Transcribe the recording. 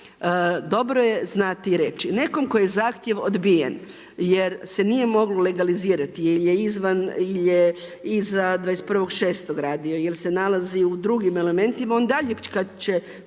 Dobro je znati i reći, nekome kome je zahtjev odbijen jer se nije moglo legalizirati jer je iza 21.6. radio, jer se nalazi u drugim elementima on dalje kada će